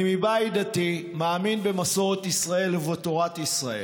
אני מבית דתי, מאמין במסורת ישראל ובתורת ישראל.